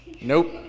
Nope